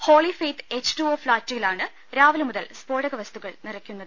holy faith H two O ഫ്ളാറ്റി ലാണ് രാവിലെ മുതൽ സ്ഫോടക് വസ്തുക്കൾ നിറയ്ക്കുന്നത്